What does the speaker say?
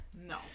No